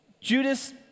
Judas